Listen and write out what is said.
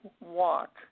walk